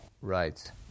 Right